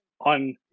on